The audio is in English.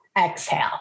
exhale